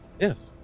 Yes